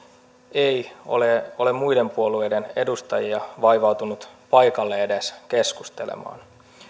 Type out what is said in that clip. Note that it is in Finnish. ei ole ole muiden puolueiden edustajia vaivautunut edes paikalle keskustelemaan